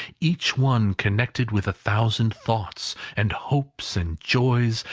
each one connected with a thousand thoughts, and hopes, and joys,